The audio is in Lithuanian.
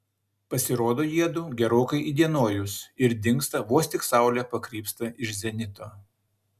pasirodo jiedu gerokai įdienojus ir dingsta vos tik saulė pakrypsta iš zenito